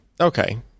Okay